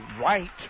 right